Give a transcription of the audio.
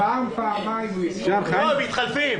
שיהיה מסודר.